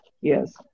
Yes